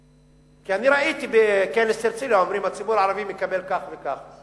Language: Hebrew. כי אני שמעתי בכנס הרצלייה שאומרים: הציבור הערבי מקבל כך וכך.